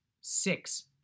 six